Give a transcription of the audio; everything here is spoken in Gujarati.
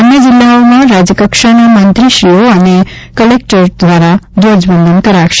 અન્ય જિલ્લાઓમાં રાજ્યકક્ષાના મંત્રીશ્રીઓ અને કલેક્ટર દ્વારા ધ્વજવંદન કરાશે